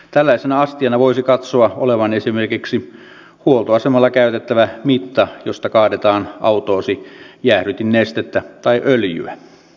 tällaisen astian voisi katsoa olevan esimerkiksi huoltoasemalla käytettävä mitta josta kaadetaan autoosi jäähdytinnestettä tai öljyä